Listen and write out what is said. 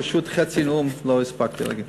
פשוט חצי נאום לא הספקתי להגיד.